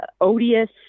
odious